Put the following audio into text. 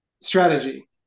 Strategy